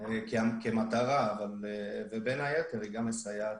בין אם זה במסגרת